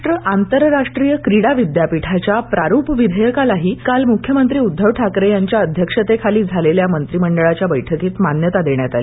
महाराष्ट्र आंतरराष्ट्रीय क्रीडा विद्यापीठाच्या प्रारुप विधेयकालाही काल मुख्यमंत्री उद्धव ठाकरे यांच्या अध्यक्षतेखाली झालेल्या मंत्रिमंडळाच्या बैठकीत मान्यता देण्यात आली